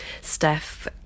Steph